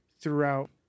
throughout